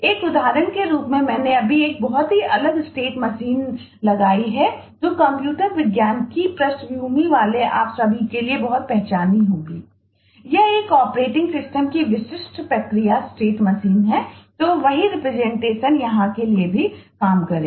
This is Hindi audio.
एक उदाहरण के रूप में मैंने अभी एक बहुत ही अलग स्टेट मशीन यहाँ के लिए भी काम करेगा